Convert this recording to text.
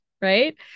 right